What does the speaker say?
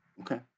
Okay